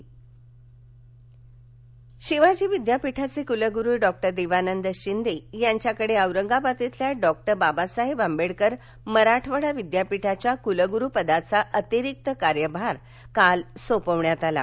कुलगुरु शिवाजी विद्यापीठाचे कूलगुरू डॉक्टर देवानंद शिंदे यांच्याकडे औरंगाबाद येथील डॉक्टर बाबासाहेब आंबेडकर मराठवाडा विद्यापीठाच्या कुलगुरू पदाचा अतिरिक्त कार्यभार काल सोपवण्यात आला आहे